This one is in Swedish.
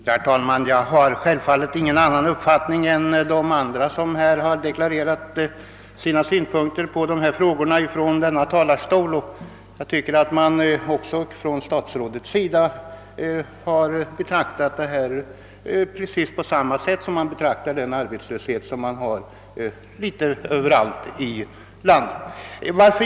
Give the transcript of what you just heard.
Herr talman! Jag har självfallet ingen annan uppfattning än de andra talare som från denna talarstol har deklarerat sina uppfattningar. Även statsrådet tycker jag har betraktat denna fråga på samma sätt som all annan arbetslöshet ute i landet.